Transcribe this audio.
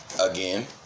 Again